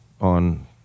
on